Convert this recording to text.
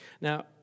Now